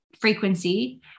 frequency